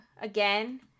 again